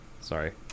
Sorry